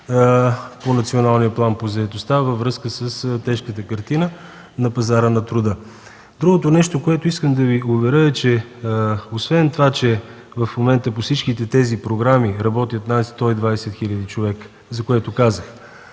по Националния план по заетостта във връзка с тежката картина на пазара на труда. Другото нещо, което искам да Ви уверя, е, че в момента по всички тези програми работят над 120 хил. човека.